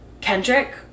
kendrick